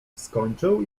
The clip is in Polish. skończył